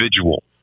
individual